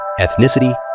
ethnicity